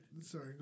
Sorry